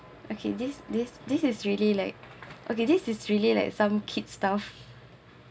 okay this this this is really like okay this is really like some kid stuff